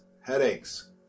headaches